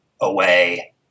away